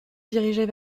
dirigés